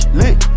lit